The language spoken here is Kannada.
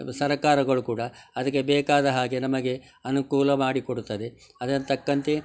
ಸರಕಾರಗಳು ಕೂಡ ಅದಕ್ಕೆ ಬೇಕಾದ ಹಾಗೆ ನಮಗೆ ಅನುಕೂಲ ಮಾಡಿಕೊಡುತ್ತದೆ ಅದು ತಕ್ಕಂತೆ